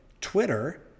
Twitter